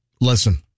Listen